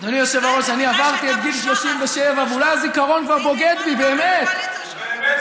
אולי בגלל שהייתה בושה אז והיא נעלמה לגמרי בקואליציה שלכם.